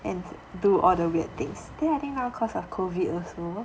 and do all the weird things then I think now cause of COVID also